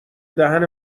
دهن